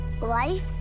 Life